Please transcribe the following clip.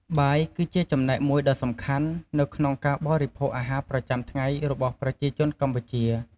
បាយគឺជាចំណែកមួយដ៏សំខាន់នៅក្នុងការបរិភោគអាហារប្រចាំថ្ងៃរបស់ប្រជាជនកម្ពុជា។